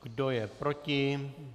Kdo je proti?